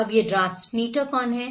अब ये ट्रांसमीटर कौन हैं